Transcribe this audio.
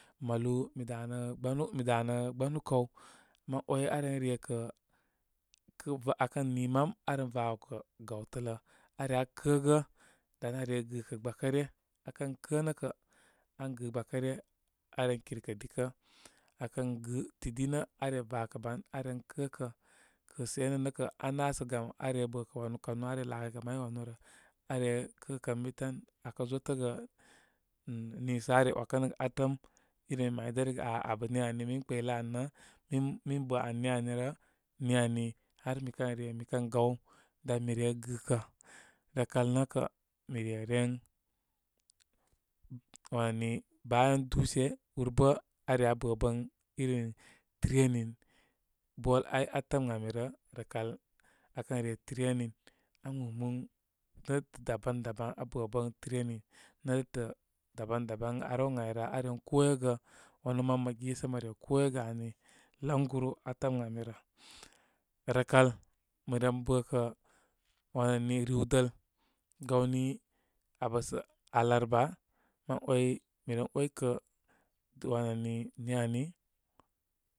Malu mi danə gbanu, mi danə gbanu kaw mən ‘way aren rekə kə va, akən ni mam aren vakə gawtələ. are akə gə dan aa re gɨkə gbakə ryə. Akən kə nə kə an gɨ gbakə ryə. Are kirkə dikə. Aken gɨ, tidi nə aren va kə ban aren kə kə. Kəsə énə nə kə, aná sə gam are bəkə wanu kanu are lakəgə may wanu rə. Are kəkən bi tan, akə zotəgə nih nisə are wakənəgə atəm. Ireye may dərə gə aa abə ni ani, min kpaylə an rə min, min bə an ni ani rə. Mi ani har mikə re mikən gaw, dan mi re gɨkə. Rəkal nə kəmi reren wani bayan dutse. Urbə are abə bən iri training ball ay atəm ən ami rə. Rəkal akən re training, agbɨgbɨn odətə dabam dabam. Abəbən training nétətə daban daban ar wow ən ayrə, aren koyegə wanu man mə gé sə mə me ko ye gə ani. Layguru atəm ən amirə. Rəkal mə ren bə kə wani riwdəl, gawni abə sə alarba, mə ‘way, miren ‘wakə wanani ni ani.